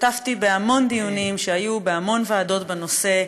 השתתפתי בהמון דיונים שהיום בהמון ועדות בנושא,